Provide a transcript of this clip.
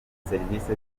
serivisi